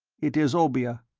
it is obeah.